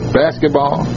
basketball